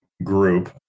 group